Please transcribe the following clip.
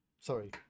sorry